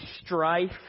strife